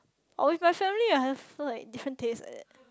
or with my family I have like different taste like that